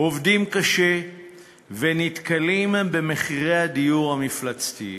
עובדים קשה ונתקלים במחירי הדיור המפלצתיים.